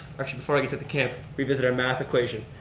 actually before i get to the camp, revisit our math equation.